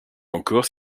encore